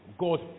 God